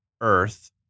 Earth